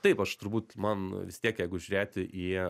taip aš turbūt man vis tiek jeigu žiūrėti į